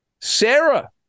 Sarah